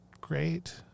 great